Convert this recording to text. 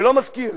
ולא מזכיר,